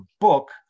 book